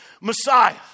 Messiah